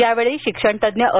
यावेळी शिक्षण तज्ञ अ